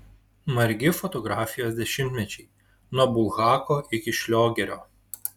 margi fotografijos dešimtmečiai nuo bulhako iki šliogerio